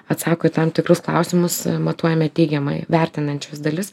atsako į tam tikrus klausimus a matuojame teigiamai vertinančius dalis